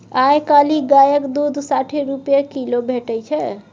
आइ काल्हि गायक दुध साठि रुपा किलो भेटै छै